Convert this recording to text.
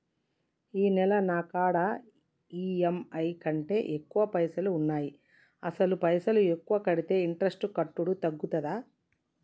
ఈ నెల నా కాడా ఈ.ఎమ్.ఐ కంటే ఎక్కువ పైసల్ ఉన్నాయి అసలు పైసల్ ఎక్కువ కడితే ఇంట్రెస్ట్ కట్టుడు తగ్గుతదా?